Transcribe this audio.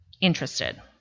interested